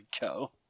go